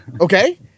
okay